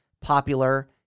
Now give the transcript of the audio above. popular